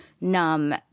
numb